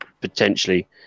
potentially